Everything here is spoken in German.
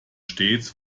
stets